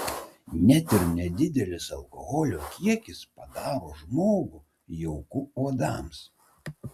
net nedidelis alkoholio kiekis padaro žmogų jauku uodams